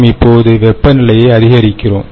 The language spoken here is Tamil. நாம் இப்போது வெப்பநிலையை அதிகரிக்கிறோம்